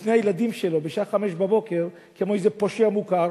בפני הילדים שלו, בשעה 05:00, כמו איזה פושע מוכר,